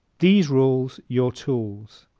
these rules your tools